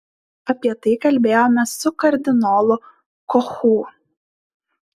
apie tai kalbėjome su kardinolu kochu